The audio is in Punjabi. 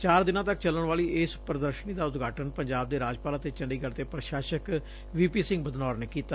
ਚਾਰ ਦਿਨਾਂ ਤੱਕ ਚਲਣ ਵਾਲੀ ਇਸ ਪ੍ਦਦਰਸ਼ਨੀ ਦਾ ਉਟਘਾਟਨ ਪੰਜਾਬ ਦੇ ਰਾਜਪਾਲ ਅਤੇ ਚੰਡੀਗੜ ਦੇ ਪ੍ਸ਼ਾਸਕ ਵੀ ਪੀ ਸਿੰਘ ਬਦਨੌਰ ਨੇ ਕੀਤਾ